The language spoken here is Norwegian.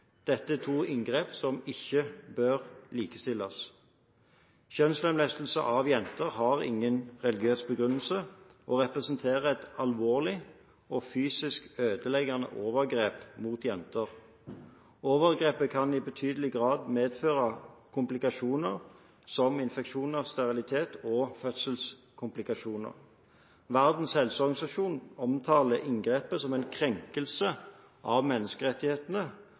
Dette er to inngrep som ikke bør likestilles. Kjønnslemlestelse av jenter har ingen religiøs begrunnelse og representerer et alvorlig og fysisk ødeleggende overgrep mot jenter. Overgrepet kan i betydelig grad medføre komplikasjoner som infeksjoner, sterilitet og fødselskomplikasjoner. Verdens helseorganisasjon omtaler inngrepet som en krenkelse av menneskerettighetene,